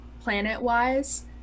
planet-wise –